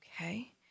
Okay